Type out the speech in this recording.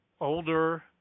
older